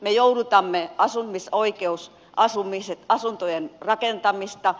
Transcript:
me joudutamme asumisoikeusasuntojen rakentamista